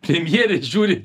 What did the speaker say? premjerė žiūri